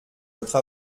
notre